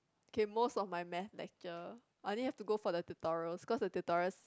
okay most of my math lecture I only have to go for the tutorials cause the tutorials